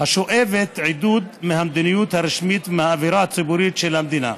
השואבת עידוד מהמדיניות הרשמית ומהאווירה הציבורית של המדינה.